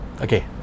okay